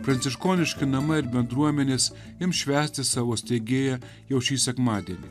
pranciškoniški namai ir bendruomenės ims švęsti savo steigėja jau šį sekmadienį